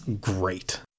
great